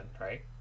right